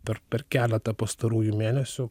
per per keletą pastarųjų mėnesių